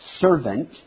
servant